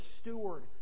steward